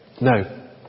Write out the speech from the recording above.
No